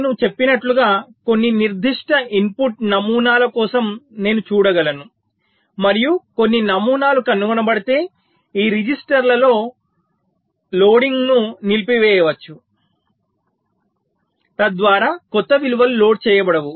నేను చెప్పినట్లుగా కొన్ని నిర్దిష్ట ఇన్పుట్ నమూనాల కోసం నేను చూడగలను మరియు కొన్ని నమూనాలు కనుగొనబడితే ఈ రిజిస్టర్ల లోడింగ్ను నిలిపివేయవచ్చు తద్వారా కొత్త విలువలు లోడ్ చేయబడవు